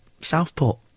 Southport